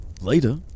Later